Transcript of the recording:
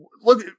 look